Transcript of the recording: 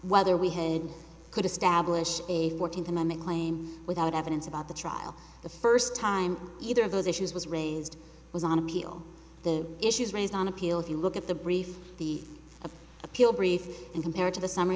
whether we had could establish a fourteenth amendment claim without evidence about the trial the first time either of those issues was raised was on appeal the issues raised on appeal if you look at the brief the of appeal brief and compared to the summ